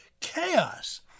chaos